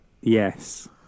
Yes